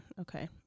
okay